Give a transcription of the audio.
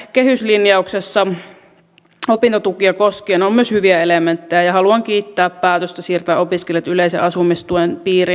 hallituksen eilisessä kehyslinjauksessa opintotukea koskien on myös hyviä elementtejä ja haluan kiittää päätöstä siirtää opiskelijat yleisen asumistuen piiriin